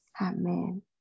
Amen